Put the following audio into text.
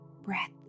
breath